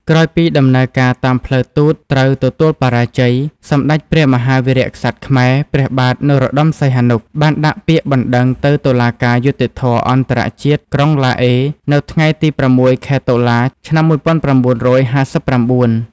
ក្រោយពីដំណើរការតាមផ្លូវទូតត្រូវទទួលបរាជ័យ សម្តេចព្រះមហាវីរក្សត្រខ្មែរ ព្រះបាទ នរោត្តម សីហនុ បានដាក់ពាក្យបណ្តឹងទៅតុលាការយុត្តិធម៌អន្តរជាតិ ក្រុងឡាអេ នៅថ្ងៃទី៦ ខែតុលា ឆ្នាំ១៩៥៩ ។